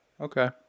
Okay